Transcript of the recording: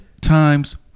times